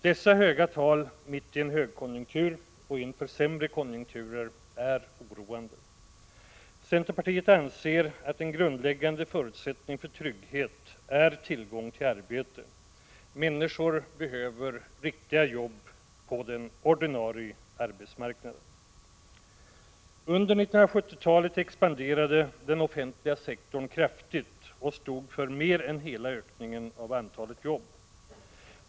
Dessa höga tal mitt i en högkonjunktur och inför sämre konjunkturer är oroande. Centerpartiet anser att en grundläggande förutsättning för trygghet är tillgång till arbete. Människor behöver riktiga jobb på den ordinarie arbetsmarknaden. Under 1970-talet expanderade den offentliga sektorn kraftigt och stod för hela ökningen av antalet jobb.